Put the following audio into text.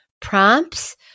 prompts